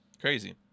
Crazy